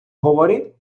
говори